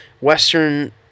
Western